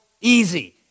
easy